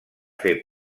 fer